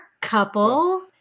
couple